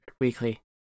weekly